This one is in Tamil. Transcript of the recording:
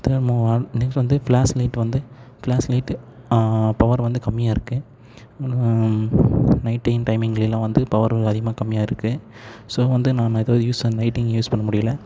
நெஸ்க்ட் வந்து ஃபிளாஷ் லைட் வந்து ஃபிளாஷ் லைட் பவர் வந்து கம்மியாக இருக்குது நைட் டைம் டைமிங்ல எல்லாம் வந்து பவர் அதிகமாக கம்மியாக இருக்குது ஸோ வந்து நாம எதாவது யூஸ் அண்ட் நைட்டிங் யூஸ் பண்ண முடியல